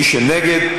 מי שנגד,